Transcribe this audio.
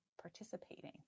participating